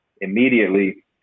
immediately